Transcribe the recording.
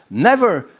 never!